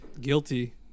Guilty